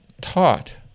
taught